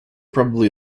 probably